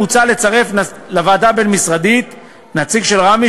מוצע לצרף לוועדה הבין-משרדית נציג של רמ"י,